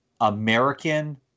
American